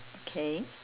okay